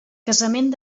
casament